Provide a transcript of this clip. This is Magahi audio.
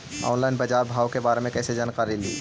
ऑनलाइन बाजार भाव के बारे मे कैसे जानकारी ली?